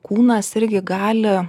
kūnas irgi gali